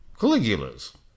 Caligula's